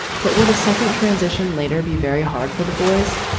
but would a second transition later be very hard for the boys?